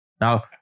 Now